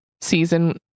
season